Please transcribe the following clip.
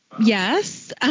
yes